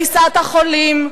את רמיסת החולים,